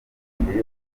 imirenge